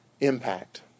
impact